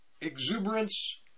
exuberance